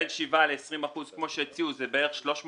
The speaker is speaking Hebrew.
בין 7% ל-20% כמו שהציעו, זה בערך 350